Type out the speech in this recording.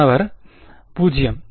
மாணவர் 0